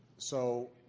so